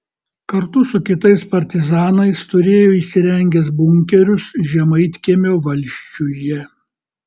kartu su kitais partizanais turėjo įsirengęs bunkerius žemaitkiemio valsčiuje